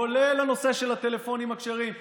כולל הנושא של הטלפונים הכשרים,